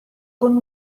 con